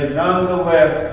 nonetheless